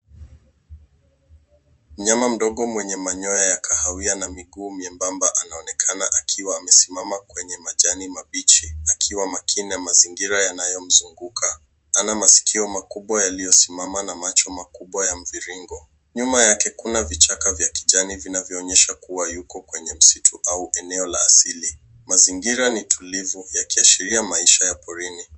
Mnyama mdogo mwenye manyoya ya kahawia na miguu miembamba anaonekana akiwa amesimama kwenye majani mabichi akiwa makini na mazingira yanayomzunguka. Ana masikio makubwa yaliyosimama na macho makubwa ya mviringo. Nyuma yake kuna vichaka vya kijani vinavyoonyesha kuwa yuko kwenye msitu au eneo la asili. Mazingira ni tulivu yakiashiria maisha ya porini.